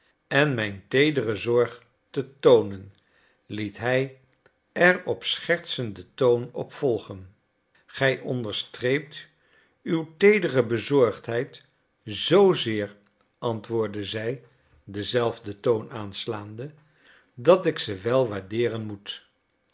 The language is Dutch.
en mijn teedere zorg te toonen liet hij er op schertsenden toon op volgen gij onderstreept uw teedere bezorgdheid zoozeer antwoordde zij denzelfden toon aanslaande dat ik ze wel waardeeren moet